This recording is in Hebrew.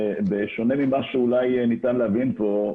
בשונה ממה שאולי ניתן להבין פה,